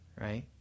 right